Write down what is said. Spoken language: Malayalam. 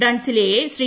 ഡാൻസിലയെ ശ്രീ